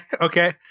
Okay